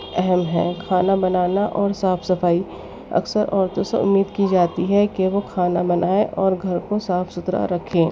اہم ہیں کھانا بنانا اور صاف صفائی اکثر عورتوں سے اُمّید کی جاتی ہے کہ وہ کھانا بنائیں اور گھر کو صاف ستھرا رکھیں